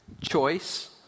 Choice